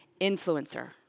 influencer